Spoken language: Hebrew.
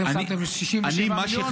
אתם שמתם 67 מיליון,